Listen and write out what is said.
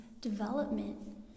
development